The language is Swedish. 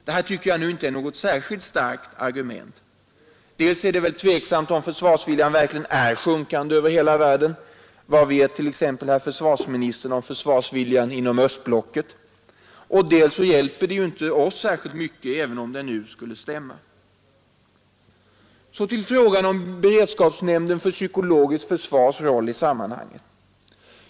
Detta tycker jag inte är något särskilt starkt argument. Dels är det väl tveksamt om försvarsviljan verkligen är sjunkande över hela världen — vad vet herr Andersson t.ex. om försvarsviljan inom östblocket — dels hjälper detta ju inte oss särskilt mycket, även om det skulle stämma. Så till frågan om beredskapsnämndens för psykologiskt försvar roll i sammanhanget.